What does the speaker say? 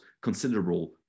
considerable